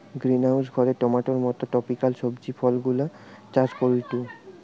greenhouse ঘরে টমেটোর মত ট্রপিকাল সবজি ফলগুলা চাষ করিটু